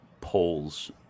polls